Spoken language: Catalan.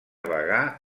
bagà